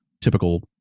typical